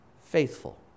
faithful